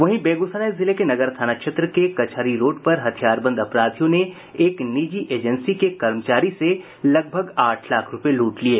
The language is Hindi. वहीं बेगूसराय जिले के नगर थाना क्षेत्र के कचहरी रोड पर हथियारबंद अपराधियों ने एक निजी एजेंसी के कर्मचारी से लगभग आठ लाख रुपये लूट लिये